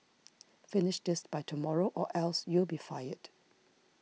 finish this by tomorrow or else you'll be fired